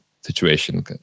situation